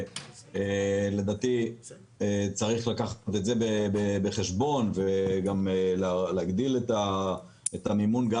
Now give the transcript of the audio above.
וצריך לקחת את זה בחשבון וגם להגדיל את המימון גם